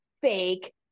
fake